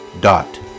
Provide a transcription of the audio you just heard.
dot